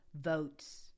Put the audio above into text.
votes